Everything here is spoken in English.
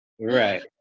Right